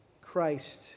Christ